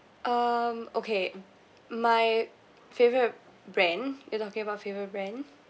um okay my favourite brand you're talking about favourite brand